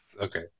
Okay